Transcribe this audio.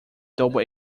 double